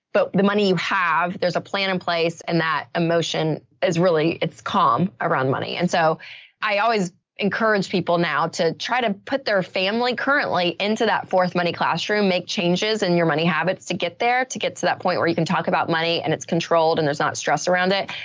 but the money you have, there's a plan in place. and that emotion is really it's calm around money. and so i always encourage people now to try to put their family currently into that fourth money classroom make changes in your money habits to get there, to get to that point where you can talk about money and it's controlled and there's not stress around it,